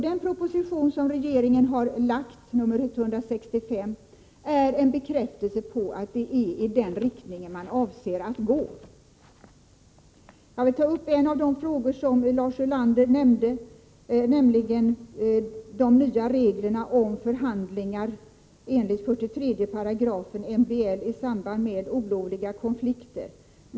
Den proposition som regeringen har lagt fram, nr 165, är en bekräftelse på att det är i denna riktning man avser att gå. Jag vill ta upp en av de frågor som Lars Ulander nämnde, nämligen de nya reglerna om förhandlingar enligt 43 § MBL i samband med olovliga konflikter.